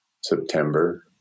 September